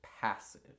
passive